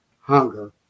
hunger